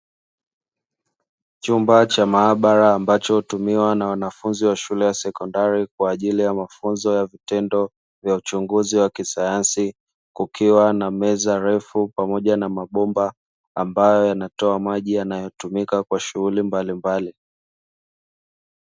Chumba cha maabara ambacho hutumiwa na wanafunzi wa shule ya sekondari kwaajili ya mafunzo ya vitendo vya uchunguzi waki sayansi, kukiwa na meza refu pamoja na mabomba ambayo yanatoa maji yanayotumika kwa shughuli mbalimbali.